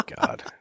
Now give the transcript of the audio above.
God